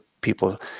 people